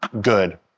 good